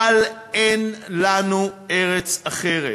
אבל אין לנו ארץ אחרת